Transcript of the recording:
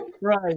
Right